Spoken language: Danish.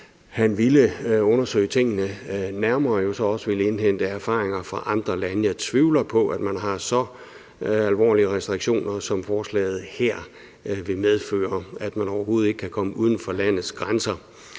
omfang ville undersøge tingene nærmere og jo så også ville indhente erfaringer fra andre lande. Jeg tvivler på, at man har så alvorlige restriktioner, som forslaget her vil medføre, altså at man overhovedet ikke kan komme uden for landets grænser.